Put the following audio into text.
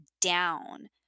down